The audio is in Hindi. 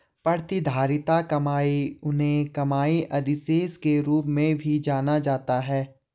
प्रतिधारित कमाई उन्हें कमाई अधिशेष के रूप में भी जाना जाता है